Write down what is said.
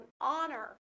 honor